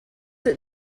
that